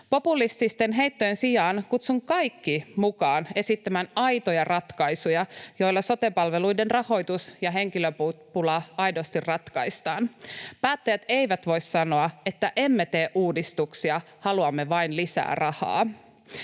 Populististen heittojen sijaan kutsun kaikki mukaan esittämään aitoja ratkaisuja, joilla sote-palveluiden rahoitus ja henkilöpula aidosti ratkaistaan. Päättäjät eivät voi sanoa, että emme tee uudistuksia vaan haluamme vain lisää rahaa.